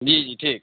जी जी ठीक